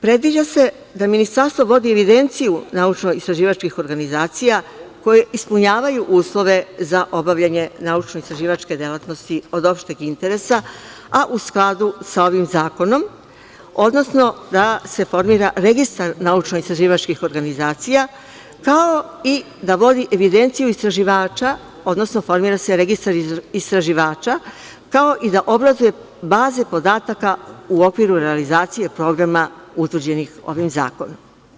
Predviđa se da Ministarstvo vodi evidenciju naučno-istraživačkih organizacija koje ispunjavaju uslove za obavljanje naučno-istraživačke delatnosti od opšte interesa, a u skladu sa ovim zakonom, odnosno da se formira registar naučno-istraživačkih organizacija, kao i da vodi evidenciju istraživača, odnosno formira se registar istraživača, kao i da obrazuje baze podataka u okviru realizacije programa utvrđenih ovim zakonom.